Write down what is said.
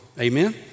Amen